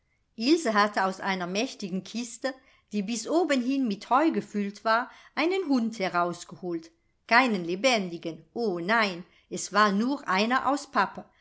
ilse hatte aus einer mächtigen kiste die bis obenhin mit heu gefüllt war einen hund herausgeholt keinen lebendigen o nein es war nur einer aus pappe